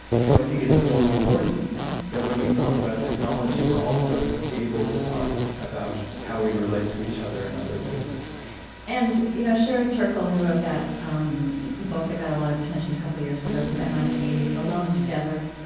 so i think it's so important that when we talk about technology, we're also able to talk about how we relate to each other in and other ways and you know sherry turkle, who wrote that um book that got a lot of attention a couple of years ago from mit, alone together.